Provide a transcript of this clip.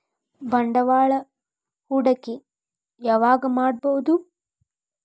ಬಂಡವಾಳ ಹೂಡಕಿ ಯಾವಾಗ್ ಮಾಡ್ಬಹುದು?